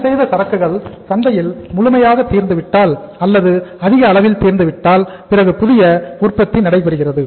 சரி செய்த சரக்குகள் சந்தையில் முழுமையாக தீர்ந்துவிட்டால் அல்லது அதிக அளவில் தீர்ந்துவிட்டால் பிறகு புதிய உற்பத்தி நடைபெறுகிறது